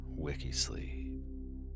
Wikisleep